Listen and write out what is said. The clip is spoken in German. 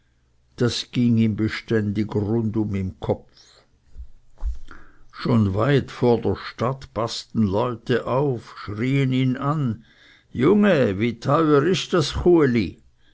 das ging ihm beständig rundum im kopfe schon weit vor der stadt paßten leute auf schrien ihn an junge wie teuer das